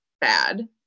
bad